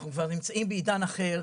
אנחנו כבר נמצאים בעידן אחר.